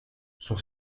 son